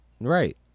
right